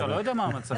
אתה לא יודע מה המצב.